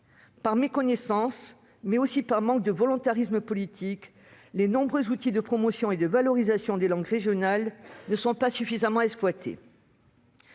par méconnaissance, mais aussi par manque de volontarisme politique, les nombreux outils de promotion et de valorisation des langues régionales ne sont pas suffisamment exploités.